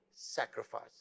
sacrifice